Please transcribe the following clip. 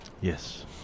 Yes